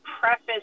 preface